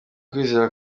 kwizera